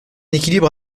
équilibre